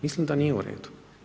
Mislim da nije u redu.